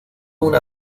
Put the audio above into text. una